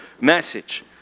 message